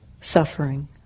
suffering